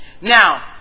Now